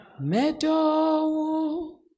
Meadow